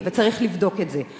הם מאוימים, וצריך לבדוק את זה.